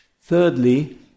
Thirdly